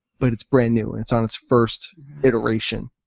but it's brand new and it's on its first iteration.